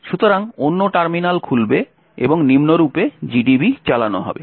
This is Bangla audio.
সুতরাং অন্য টার্মিনাল খুলবে এবং নিম্নরূপে GDB চালানো হবে